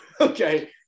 Okay